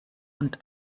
und